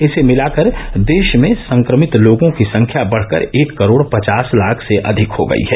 इसे मिलाकर देश में संक्रमित लोगों की संख्या बढकर एक करोड पचास लाख से अधिक हो गई है